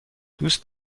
دوست